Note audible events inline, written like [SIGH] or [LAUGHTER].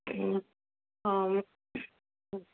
[UNINTELLIGIBLE]